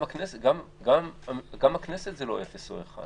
גם הכנסת זה לא אפס או אחד.